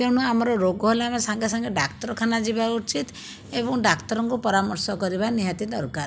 ତେଣୁ ଆମର ରୋଗ ହେଲେ ଆମେ ସାଙ୍ଗେ ସାଙ୍ଗେ ଡାକ୍ତରଖାନା ଯିବା ଉଚିତ ଏବଂ ଡାକ୍ତରଙ୍କୁ ପରାମର୍ଶ କରିବା ନିହାତି ଦରକାର